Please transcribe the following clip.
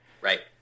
Right